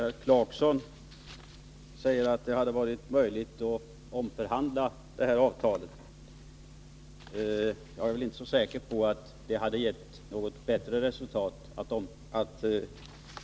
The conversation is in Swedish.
Herr talman! Rolf Clarkson säger att det hade varit möjligt att omförhandla detta avtal. Jag är inte så säker på att det hade gett ett bättre resultat.